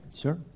Sure